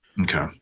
Okay